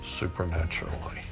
supernaturally